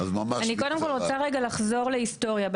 אני קודם כל רוצה לחזור להיסטוריה,